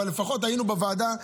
אבל לפחות היינו בוועדה,